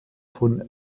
von